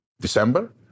December